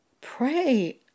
Pray